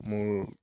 মোৰ